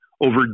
over